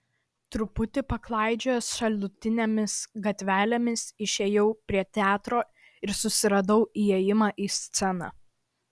truputį paklaidžiojęs šalutinėmis gatvelėmis išėjau prie teatro ir susiradau įėjimą į sceną